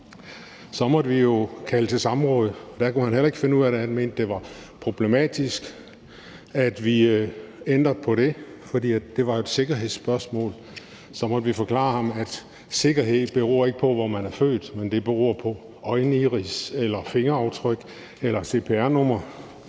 Så måtte vi jo kalde til samråd. Der kunne han heller ikke finde ud af det. Han mente, at det var problematisk, at vi ændrede på det, fordi det var et sikkerhedsspørgsmål. Så måtte vi forklare ham, at sikkerhed ikke beror på, hvor man er født, men det beror på øjeiris eller fingeraftryk eller cpr-nummer.